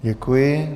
Děkuji.